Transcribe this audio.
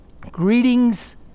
greetings